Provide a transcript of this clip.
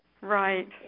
right